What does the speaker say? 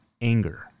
anger